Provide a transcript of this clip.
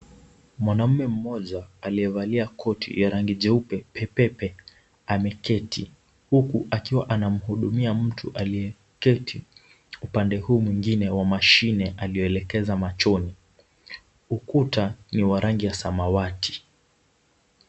Mwanaume mmoja aliyevalia koti ya rangi jeupe pepepe ameketi huku akiwa anamhudumia mtu aliyeketi upande huu mwingine wa mashine aliyoelekeza machoni. Ukuta ni wa rangi ya samawati.